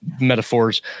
metaphors